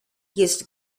jest